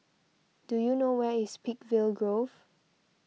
do you know where is Peakville Grove